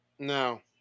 No